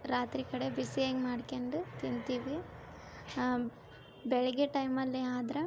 ರಾತ್ರಿ ಕಡೆ ಬಿಸಿ ಹೆಂಗೆ ಮಾಡ್ಕೆಂಡು ತಿಂತೀವಿ ಬೆಳಗ್ಗೆ ಟೈಮಲ್ಲಿ ಆದ್ರ